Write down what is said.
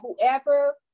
whoever